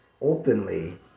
openly